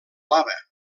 lava